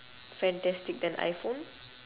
fantastic than iphone